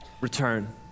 return